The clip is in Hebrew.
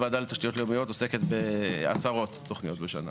הוועדה לתשתיות לאומיות עוסקת בעשרות תוכניות בשנה.